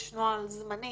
יש נוהל זמני